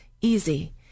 easy